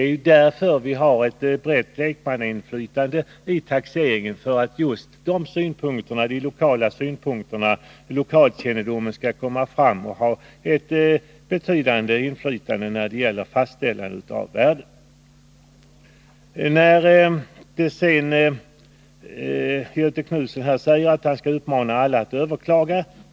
Vi har ett brett lekmannainflytande i taxeringen just för att de lokala synpunkterna, lokalkännedomen, skall komma fram när det gäller fastställandet av taxeringsvärdet. Göthe Knutson säger att han skall uppmana alla att överklaga.